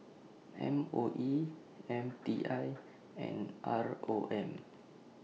M O E M T I and R O M